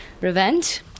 revenge